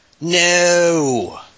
No